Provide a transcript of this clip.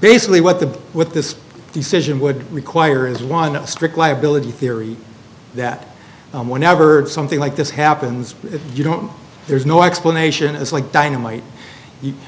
basically what the with this decision would require is one of strict liability theory that whenever something like this happens you don't there's no explanation as like dynamite